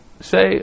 say